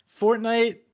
Fortnite